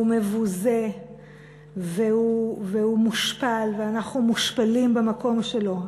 הוא מבוזה והוא מושפל, ואנחנו מושפלים במקום שלו.